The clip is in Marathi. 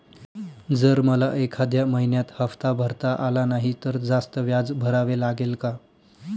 जर मला एखाद्या महिन्यात हफ्ता भरता आला नाही तर जास्त व्याज भरावे लागेल का?